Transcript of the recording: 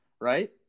Right